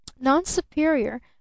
Non-superior